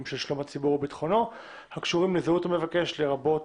של שלום הציבור וביטחונו הקשורים לזהות המבקש לרבות